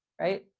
right